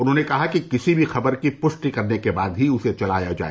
उन्होंने कहा कि किसी भी खबर की पुष्टि करने के बाद ही उसे चलाया जाए